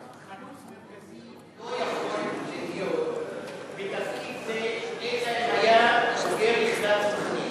חלוץ מרכזי לא יכול להיות בתפקיד זה אלא אם היה בוגר יחידת הצנחנים.